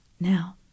Now